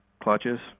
clutches